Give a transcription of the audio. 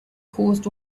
caused